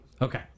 Okay